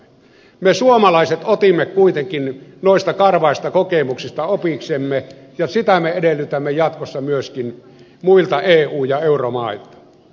me suomalaiset otimme kuitenkin noista karvaista kokemuksista opiksemme ja sitä me edellytämme jatkossa myöskin muilta eu ja euromailta